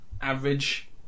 average